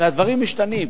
והדברים משתנים.